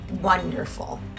wonderful